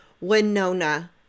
Winona